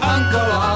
Uncle